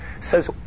says